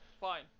fine